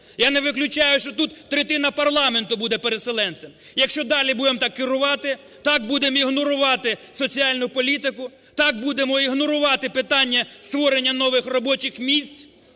Я не виключаю, що тут третина парламенту буде переселенцями, якщо далі будемо так керувати, так будемо ігнорувати соціальну політику, так будемо ігнорувати питання створення нових робочих місць,